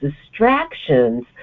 distractions